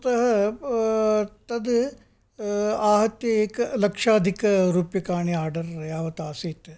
अतः तद् आहत्य एकलक्षाधिकरूप्यकाणि आर्डर् यावत् आसीत्